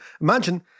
imagine